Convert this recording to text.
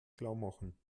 klarmachen